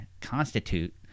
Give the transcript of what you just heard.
constitute